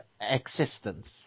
existence